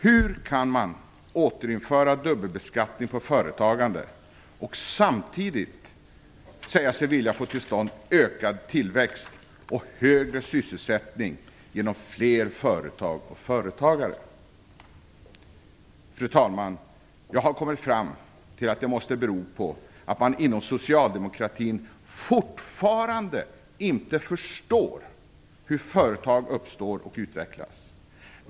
Hur kan man återinföra dubbelbeskattning på företagande och samtidigt säga sig vilja få till stånd ökad tillväxt och högre sysselsättning genom fler företag och företagare? Fru talman! Jag har kommit fram till att det måste bero på att man inom socialdemokratin fortfarande inte förstår hur företag uppstår och utvecklas.